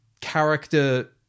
character